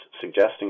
suggesting